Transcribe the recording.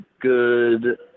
good